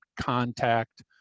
contact